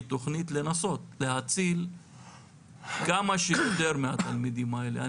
תוכנית לנסות להציל כמה שיותר מהתלמידים האלה.